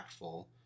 impactful